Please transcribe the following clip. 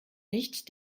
nicht